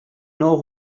know